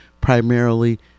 primarily